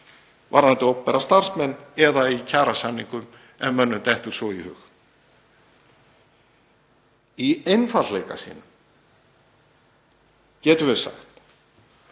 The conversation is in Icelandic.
varðandi opinbera starfsmenn, eða í kjarasamningum ef mönnum dettur svo í hug. Í einfaldleika sínum getum við sagt